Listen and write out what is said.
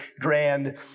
grand